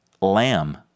Lamb